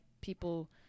people